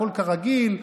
הכול כרגיל,